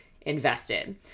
invested